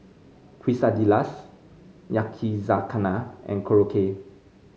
quesadillas Yakizakana and Korokke